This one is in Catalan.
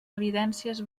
evidències